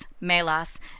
Melas